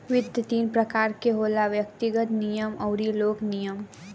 वित्त तीन प्रकार के होखेला व्यग्तिगत, निगम अउरी लोक निगम